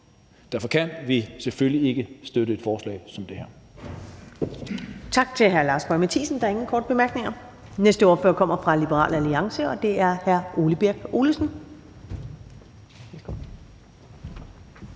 Derfor kan vi selvfølgelig ikke støtte et forslag som det her.